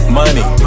money